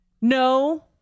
no